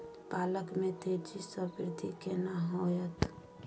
पालक में तेजी स वृद्धि केना होयत?